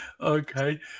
Okay